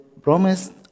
Promised